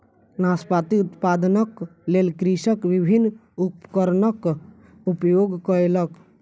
नाशपाती उत्पादनक लेल कृषक विभिन्न उपकरणक उपयोग कयलक